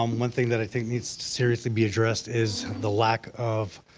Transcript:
um one thing that i think needs to seriously be addressed is the lack of